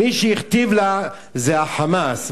מי שהכתיב לה זה ה"חמאס",